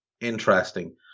Interesting